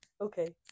Okay